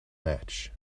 match